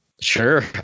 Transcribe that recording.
Sure